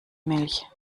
milch